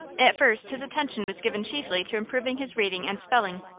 at first his attention was given chiefly to improving his reading and spelling,